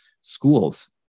schools